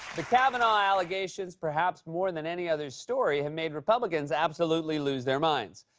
the kavanaugh allegations, perhaps more than any other story, have made republicans absolutely lose their minds.